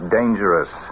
dangerous